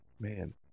man